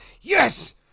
Yes